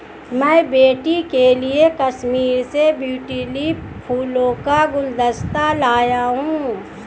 मैं बेटी के लिए कश्मीर से ट्यूलिप फूलों का गुलदस्ता लाया हुं